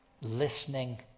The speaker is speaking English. listening